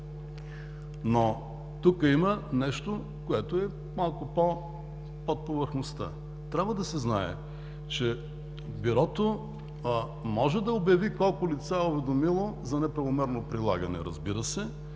Но тук има нещо, което е малко под повърхността. Трябва да се знае, че Бюрото може да обяви колко лица е уведомило за неправомерно прилагане, разбира се,